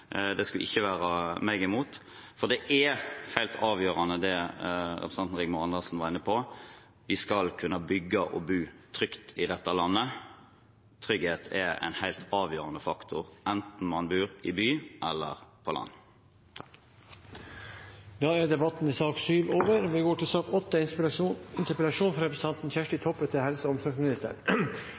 Det skulle ikke være meg imot, for det er helt avgjørende det representanten Rigmor Andersen Eide var inne på: Vi skal kunne bygge og bo trygt i dette landet. Trygghet er en helt avgjørende faktor, enten man bor i by eller på landet. Debatten i sak nr. 7 er omme. Tap av liv er eit stort samfunnsproblem og ei stor smerte for dei etterlatne. Ifølgje Handlingsplan for forebygging av selvmord og